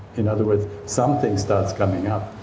in other words something starts coming up.